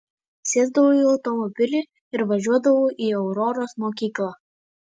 sėsdavau į automobilį ir važiuodavau į auroros mokyklą